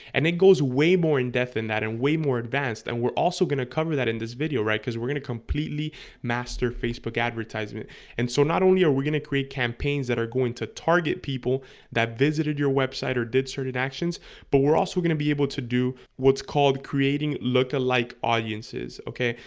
and it goes way more in depth in that and way more advanced and we're also going to cover that in this video right because we're gonna completely master facebook advertisement and so not only are we gonna create campaigns that are going to target people that visited your website or did certain actions but we're also gonna be able to do what's called creating look-alike like audiences, okay?